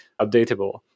updatable